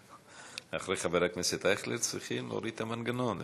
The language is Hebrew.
אחרי חבר הכנסת אייכלר צריכים להוריד את המנגנון למטה.